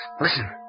listen